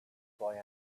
boy